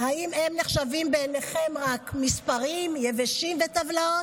האם הם נחשבים בעיניכם רק מספרים יבשים וטבלאות?